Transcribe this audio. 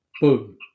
Boom